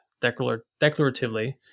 declaratively